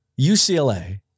UCLA